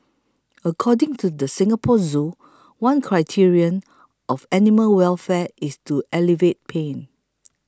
according to the Singapore Zoo one criterion of animal welfare is to alleviate pain